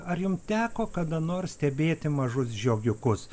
ar jum teko kada nors stebėti mažus žiogiukus